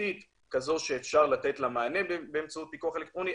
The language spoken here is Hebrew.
נקודתית כזו שאפשר לתת לה מענה באמצעות פיקוח אלקטרוני.